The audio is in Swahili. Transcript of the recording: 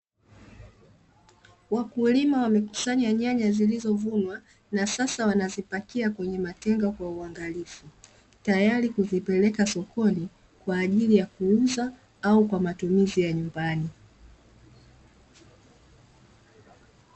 Wakulima wamekusanya nyanya zilizovunwa, na sasa wanazipakia kwenye matenga kwa uangalifu, tayari kuzipeleka sokoni kwa ajili ya kuuzwa au kwa matumizi ya nyumbani